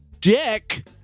dick